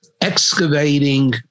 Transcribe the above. excavating